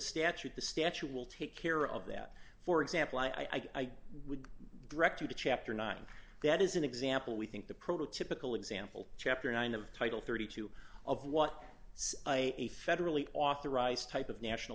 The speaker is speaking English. statute the statute will take care of that for example i think would direct you to chapter nine that is an example we think the prototypical example chapter nine of title thirty two dollars of what a federally authorized type of national